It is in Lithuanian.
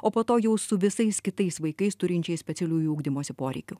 o po to jau su visais kitais vaikais turinčiais specialiųjų ugdymosi poreikių